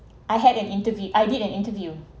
I had an interview I did an interview